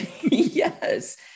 Yes